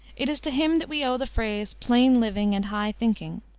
it is to him that we owe the phrase plain living and high thinking,